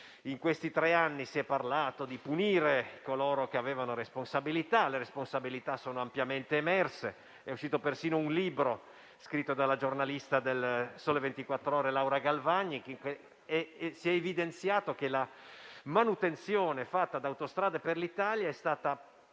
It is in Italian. In questi tre anni si è parlato di punire coloro che avevano responsabilità. Le responsabilità sono ampiamente emerse; è uscito persino un libro, scritto dalla giornalista de «Il Sole 24 Ore», Laura Galvagni. Si è evidenziato che la manutenzione fatta da Autostrade per l'Italia (Aspi)